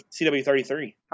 CW33